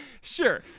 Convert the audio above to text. Sure